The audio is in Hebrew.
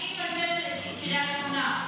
אני --- מקרית שמונה.